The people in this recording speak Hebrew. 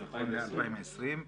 נכון ל-2020.